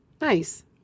Nice